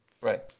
Right